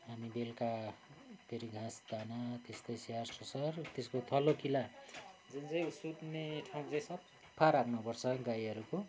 हामी बेलुका फेरि घाँसदाना त्यस्तै स्याहारसुसार त्यसको थलो किला जुन चाहिँ सुत्ने ठाउँ चाहिँ सफा राख्नुपर्छ गाईहरूको